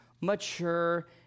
mature